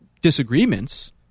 disagreements